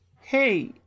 hey